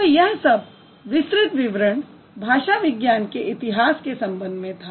तो यह सब विस्तृत विवरण भाषा विज्ञान के इतिहास के संबंध में था